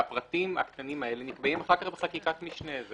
והפרטים הקטנים האלה נקבעים אחר כך בחקיקת משנה.